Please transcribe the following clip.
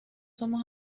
somos